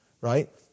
Right